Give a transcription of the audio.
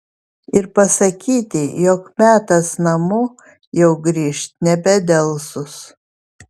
ir pasakyti jog metas namo jau grįžt nebedelsus